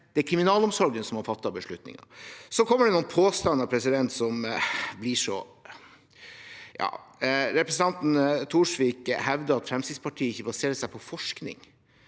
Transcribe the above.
Det er kriminalomsorgen som har fattet beslutningen. Så kommer det noen påstander. Representanten Thorsvik hevder at Fremskrittspartiet ikke baserer seg på forskning